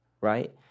right